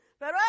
pero